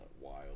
wild